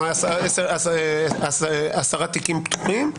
או 10 תיקים פתוחים,